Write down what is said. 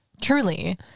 Truly